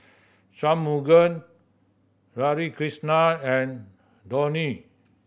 Shunmugam Radhakrishnan and Dhoni